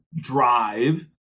drive